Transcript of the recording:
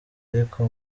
ariko